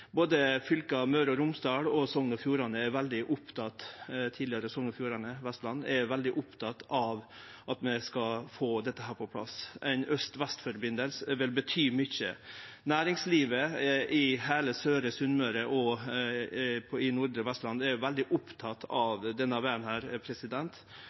Både fylka Møre og Romsdal og tidlegare Sogn og Fjordane, Vestland, er veldig opptekne av at vi skal få dette på plass. Ein aust–vest-forbindelse vil bety mykje. Næringslivet i heile Søre Sunnmøre og i nordre Vestland er veldig